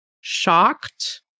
shocked